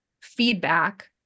feedback